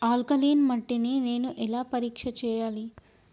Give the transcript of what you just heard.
Alkaline మట్టి ని నేను ఎలా పరీక్ష చేయాలి?